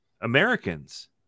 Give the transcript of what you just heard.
Americans